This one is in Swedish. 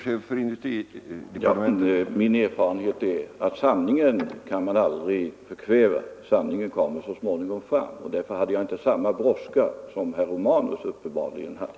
Herr talman! Min erfarenhet är att sanningen kan man aldrig förkväva. Sanningen kommer så småningom fram. Därför hade jag inte samma brådska som herr Romanus uppenbarligen hade.